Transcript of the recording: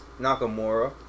Nakamura